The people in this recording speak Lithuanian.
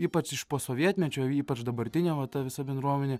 ypač iš po sovietmečio ypač dabartinė va ta visa bendruomenė